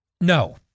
No